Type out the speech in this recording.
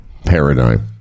paradigm